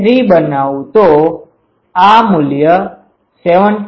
3 બનાવું તો આ મૂલ્ય 17